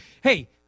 Hey